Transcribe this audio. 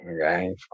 okay